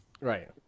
Right